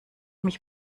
mich